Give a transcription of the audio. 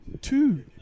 Two